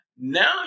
Now